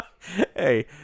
Hey